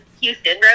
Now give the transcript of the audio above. Houston